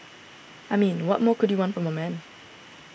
I mean what more could you want from a man